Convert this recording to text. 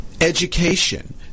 education